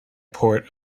port